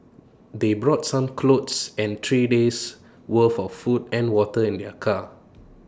they brought some clothes and three days' worth of food and water in their car